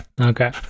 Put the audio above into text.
Okay